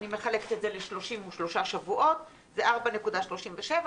מחלקת ל-33 שבועות ויוצא 4.37,